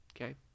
Okay